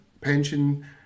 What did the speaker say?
pension